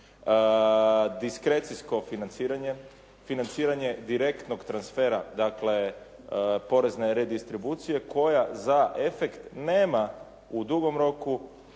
diskrecijsko financiranje, financiranje direktnog transfera dakle porezne redistribucije koja za efekt nema u dugom roku